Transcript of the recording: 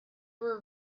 were